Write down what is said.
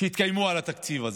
שהתקיימו על התקציב הזה,